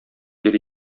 йөри